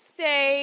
say